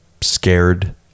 scared